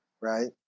right